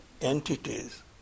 entities